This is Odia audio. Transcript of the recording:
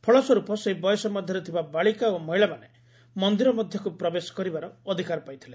ଫଳସ୍ୱରୂପ ସେହି ବୟସ ମଧ୍ୟରେ ଥିବା ବାଳିକା ଓ ମହିଳାମାନେ ମନ୍ଦିର ମଧ୍ୟକୁ ପ୍ରବେଶ କରିବାର ଅଧିକାର ପାଇଥିଲେ